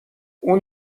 اون